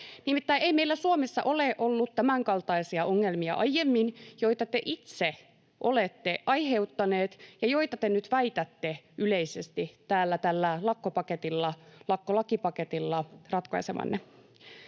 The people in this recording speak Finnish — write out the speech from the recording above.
Nimittäin ei meillä Suomessa ole ollut aiemmin tämänkaltaisia ongelmia, joita te itse olette aiheuttaneet ja joita te nyt väitätte yleisesti tällä lakkolakipaketilla ratkaisevanne.